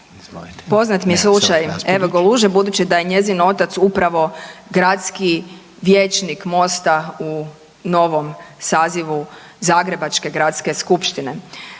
Poznat mi je slučaj Eve Goluže budući da je njezin otac upravo gradski vijećnik MOST-a u novom sazivu zagrebačke gradske skupštine.